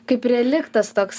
kaip reliktas toks